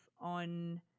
on